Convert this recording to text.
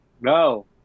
No